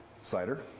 Cider